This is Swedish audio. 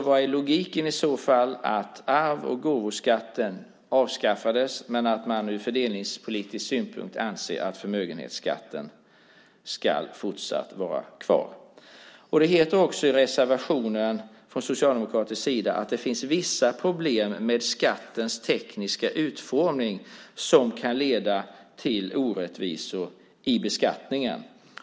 Vad är logiken i att arvs och gåvoskatten avskaffades men att man ur fördelningspolitisk synpunkt anser att förmögenhetsskatten fortsatt ska vara kvar? Det står också i reservationen från socialdemokratisk sida att det finns vissa problem med skattens tekniska utformning som kan leda till orättvisor i beskattningen.